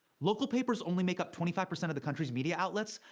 local papers only make up twenty five percent of the country's media outlets,